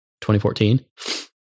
2014